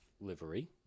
livery